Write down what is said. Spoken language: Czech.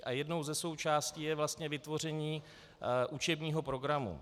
A jednou ze součástí je vlastně vytvoření učebního programu.